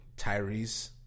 Tyrese